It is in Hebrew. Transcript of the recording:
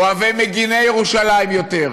אוהבי מגיני ירושלים יותר,